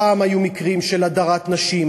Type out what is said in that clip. פעם היו מקרים של הדרת נשים,